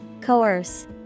Coerce